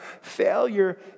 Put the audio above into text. Failure